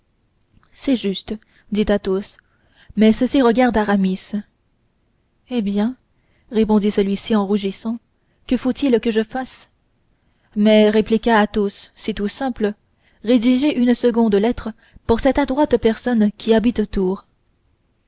c'est juste dit athos mais ceci regarde aramis eh bien répondit celui-ci en rougissant que faut-il que je fasse mais répliqua athos c'est tout simple rédiger une seconde lettre pour cette adroite personne qui habite tours